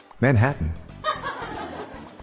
Manhattan